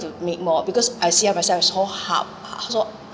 to meet more because I see ah myself is so up so